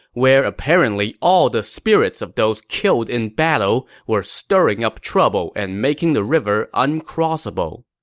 where apparently all the spirits of those killed in battle were stirring up trouble and making the river uncrossable.